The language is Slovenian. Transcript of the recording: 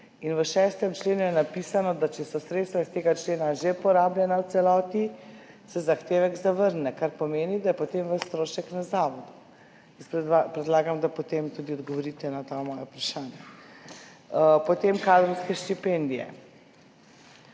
in v 6. členu je napisano, da če so sredstva iz tega člena že porabljena v celoti, se zahtevek zavrne, kar pomeni, da je potem ves strošek na zavodu. Jaz predlagam, da potem tudi odgovorite na ta moja vprašanja. Potem kadrovske štipendije.